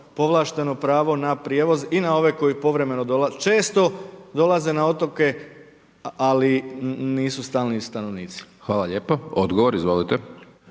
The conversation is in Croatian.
povlašteno pravo na prijevoz i na ove koji povremeno dolaze, često dolaze na otoke, ali nisu stalni stanovnici. **Hajdaš Dončić, Siniša